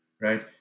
right